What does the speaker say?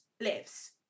Lives